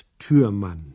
Türmann